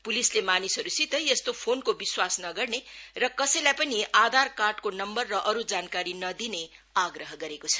पुलिसले मानिसहरुसित यस्तो फोनको विश्वास नगर्ने र कसैलाई पनि आधार कार्डको नम्बर र अरु जानकारी नदिने आग्रह गरेको छ